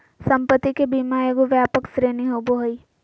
संपत्ति के बीमा एगो व्यापक श्रेणी होबो हइ